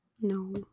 no